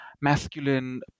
masculine